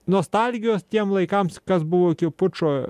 nostalgijos tiem laikams kas buvo iki pučo